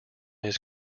his